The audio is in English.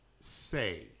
say